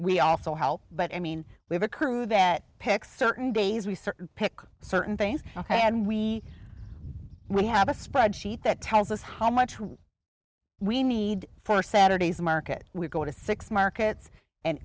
we also help but i mean we have a crew that picks certain days we certain pick certain things ok and we we have a spreadsheet that tells us how much we need for saturday's market we go to six markets and